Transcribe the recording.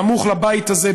הסמוך לבית הזה,